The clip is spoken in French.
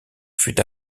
fut